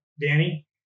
Danny